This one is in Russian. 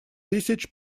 тысяч